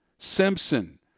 Simpson